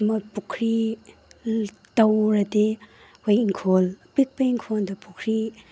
ꯃꯈꯣꯏ ꯄꯨꯈ꯭ꯔꯤ ꯇꯧꯔꯗꯤ ꯑꯩꯈꯣꯏ ꯏꯪꯈꯣꯜ ꯑꯄꯤꯛꯄ ꯏꯪꯈꯣꯜꯗ ꯄꯨꯈ꯭ꯔꯤ